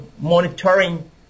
monitoring